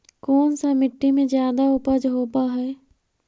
कोन सा मिट्टी मे ज्यादा उपज होबहय?